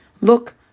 look